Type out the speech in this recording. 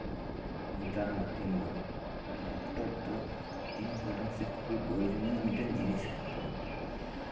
ᱱᱮᱛᱟᱨ ᱨᱮᱱᱟᱜ ᱫᱤᱱ ᱫᱚ ᱞᱮᱯᱴᱚᱯ ᱫᱚ ᱤᱱᱯᱳᱨᱴᱮᱱᱥ ᱥᱮ ᱯᱨᱳᱭᱳᱡᱚᱱᱤᱭᱚ ᱢᱤᱫᱴᱮᱱ ᱡᱤᱱᱤᱥ ᱠᱟᱱ ᱛᱟᱵᱳᱱᱟ